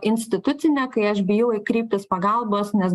institucinė kai aš bijau kreiptis pagalbos nes